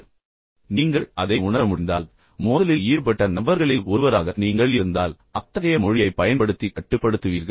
பின்னர் நீங்கள் அதை உணர முடிந்தால் மோதலில் ஈடுபட்ட நபர்களில் ஒருவராக நீங்கள் இருந்தால் அத்தகைய மொழியைப் பயன்படுத்தி கட்டுப்படுத்துவீர்கள்